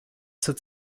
zur